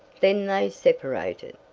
then they separated.